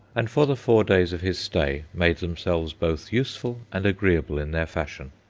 and for the four days of his stay made themselves both useful and agreeable in their fashion.